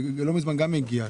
לא מזמן גם הגיע,